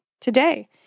today